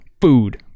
food